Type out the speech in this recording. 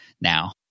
now